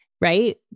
right